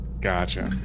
Gotcha